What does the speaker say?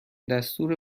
دستور